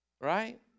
right